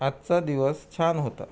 आजचा दिवस छान होता